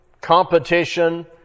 competition